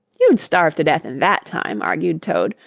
you'd starve to death in that time, argued toad,